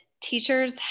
teachers